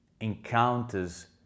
encounters